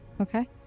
Okay